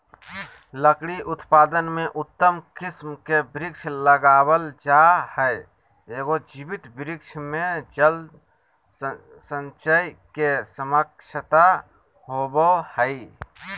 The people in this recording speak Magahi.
लकड़ी उत्पादन में उत्तम किस्म के वृक्ष लगावल जा हई, एगो जीवित वृक्ष मे जल संचय के क्षमता होवअ हई